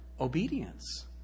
Obedience